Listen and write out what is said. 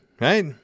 right